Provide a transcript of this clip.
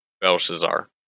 Belshazzar